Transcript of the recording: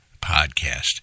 podcast